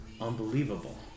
Unbelievable